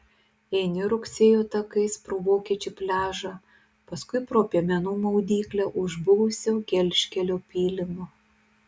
eini rugsėjo takais pro vokiečių pliažą paskui pro piemenų maudyklę už buvusio gelžkelio pylimo